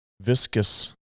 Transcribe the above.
viscous